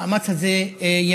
המאמץ הזה יימשך.